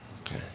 Okay